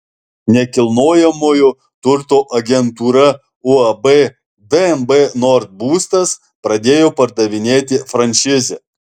nekilnojamojo turto agentūra uab dnb nord būstas pradėjo pardavinėti franšizę